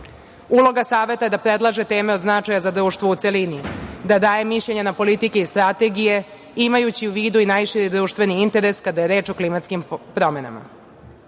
Uloga Saveta je da predlaže teme od značaja za društvo u celini, da daje mišljenje na politike i strategije, imajući u vidu i najširi društveni interes kada je reč klimatskim promenama.U